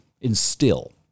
instill